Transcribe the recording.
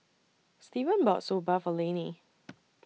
Steven bought Soba For Lanie